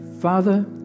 Father